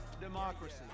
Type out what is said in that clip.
democracy